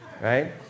right